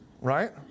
Right